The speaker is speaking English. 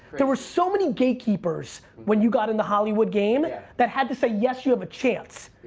there were so many gatekeepers when you got in the hollywood game that had to say, yes, you have a chance.